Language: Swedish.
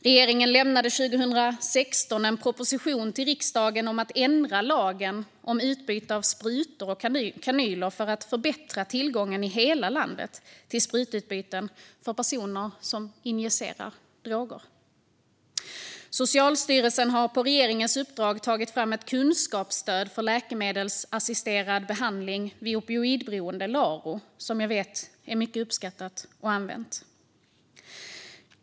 Regeringen lämnade 2016 en proposition till riksdagen om att ändra lagen om utbyte av sprutor och kanyler för att förbättra tillgången i hela landet till sprututbyte för personer som injicerar droger. Socialstyrelsen har på regeringens uppdrag tagit fram ett kunskapsstöd för läkemedelsassisterad behandling vid opioidberoende, LARO, som jag vet är mycket uppskattat och använt.